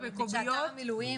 שלושה-ארבעה שבועות?